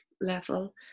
level